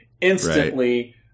instantly